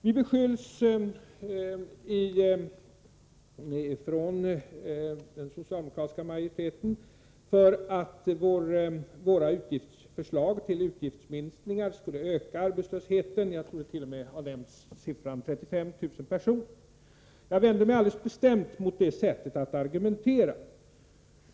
Vi beskylls från den socialdemokratiska majoriteten för att våra förslag till utgiftsminskningar skulle öka arbetslösheten, jag tror t.o.m. att siffran 35 000 personer har nämnts. Jag vänder mig alldeles bestämt mot detta sätt att argumentera.